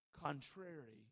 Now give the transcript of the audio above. contrary